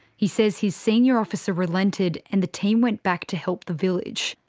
he says his senior officer relented, and the team went back to help the village.